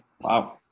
Wow